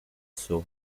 sole